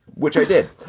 which i did.